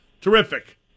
Terrific